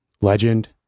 Legend